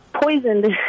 poisoned